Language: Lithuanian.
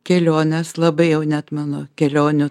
kelionės labai jau neatmenu kelionių